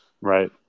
right